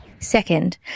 Second